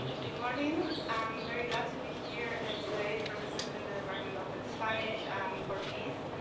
good morning. i'm very glad to be here today representing the department of spanish and portuguese